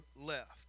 left